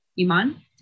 Iman